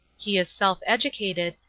he is self-educated,